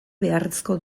beharrezko